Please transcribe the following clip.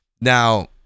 Now